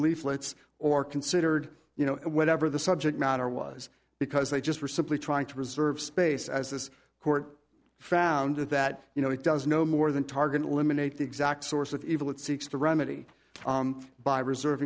leaflets or considered you know whatever the subject matter was because they just were simply trying to preserve space as this court found that you know it does no more than target eliminate the exact source of evil it seeks to remedy by reserv